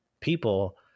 people